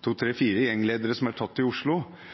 to–tre–fire gjenglederne som er tatt i Oslo. Dessverre, i de sakene jeg har fulgt, får de korte straffer, for trusselbildet er